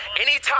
Anytime